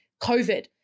COVID